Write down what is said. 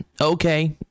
okay